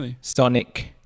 Sonic